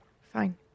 fine